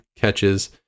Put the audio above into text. catches